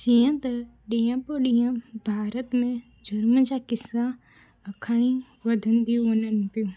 जीअं त ॾींहुं पोइ ॾींहुं भारत में जुर्म सां क़िसा अखाणियूं वधंदियूं वञनि पियूं